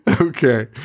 Okay